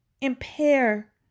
impair